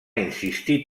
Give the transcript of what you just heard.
insistir